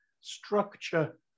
structure